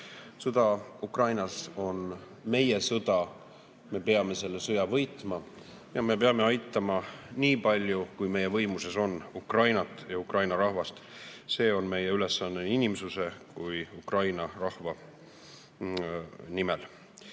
Sõda Ukrainas on meie sõda, me peame selle sõja võitma. Me peame aitama nii palju, kui meie võimuses, on Ukrainat ja Ukraina rahvast. See on meie ülesanne nii inimsuse kui ka Ukraina rahva